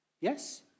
Yes